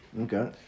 Okay